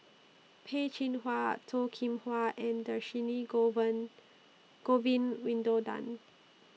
Peh Chin Hua Toh Kim Hwa and Dhershini Govin Winodan